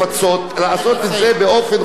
ולא לדרוש מהאנשים,